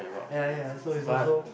ya ya so it's also